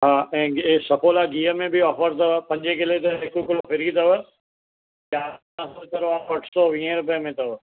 हा ऐं सफोला गीहु में बि ऑफर अथव पंजे किले ते हिकु किलो फ्री थव अठ सौ वीहें रुपये में थव